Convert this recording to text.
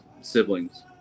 siblings